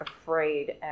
afraid